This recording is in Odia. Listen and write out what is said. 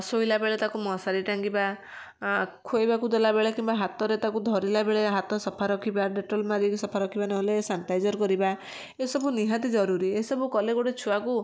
ଶୋଇଲା ବେଳେ ତାକୁ ମଶାରୀ ଟାଙ୍ଗିବା ଖୋଇବାକୁ ଦେଲାବେଳେ କିମ୍ବା ହାତରେ ତାକୁ ଧରିଲା ବେଳେ ହାତ ସଫା ରଖିବା ଡେଟଲ ମାରିକି ସଫା ରଖିବା ନହେଲେ ସାନିଟାଇଜର କରିବା ଏସବୁ ନିହାତି ଜରୁରୀ ଏସବୁ କଲେ ଗୋଟେ ଛୁଆକୁ